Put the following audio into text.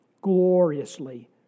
gloriously